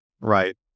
Right